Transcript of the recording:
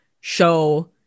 show